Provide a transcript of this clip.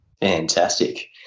fantastic